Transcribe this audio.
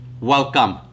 welcome